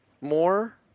more